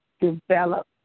develop